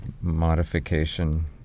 modification